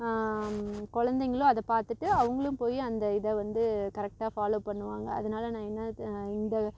குழந்தைங்களும் அதை பார்த்துட்டு அவங்களும் போய் அந்த இதை வந்து கரெக்டாக ஃபாலோ பண்ணுவாங்க அதனால நான் என்ன இந்த